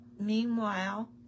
Meanwhile